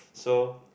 so